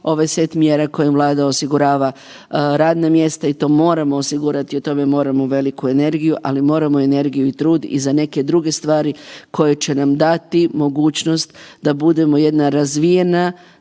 ovaj set mjera kojim Vlada osigurava radna mjesta i to moramo osigurati i o tome moramo veliku energiju, ali moramo i energiju i trud i za neke druge stvari koje će nam dati mogućnost da budemo jedna razvijena